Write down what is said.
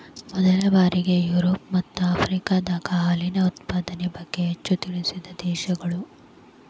ಮೊದಲ ಬಾರಿ ಯುರೋಪ ಮತ್ತ ಆಫ್ರಿಕಾದಾಗ ಹಾಲಿನ ಉತ್ಪಾದನೆ ಬಗ್ಗೆ ಹೆಚ್ಚ ತಿಳಿಸಿದ ದೇಶಗಳು